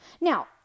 Now